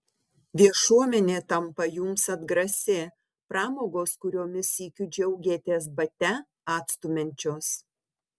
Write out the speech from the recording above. viešuomenė tampa jums atgrasi pramogos kuriomis sykiu džiaugėtės bate atstumiančios